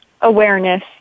awareness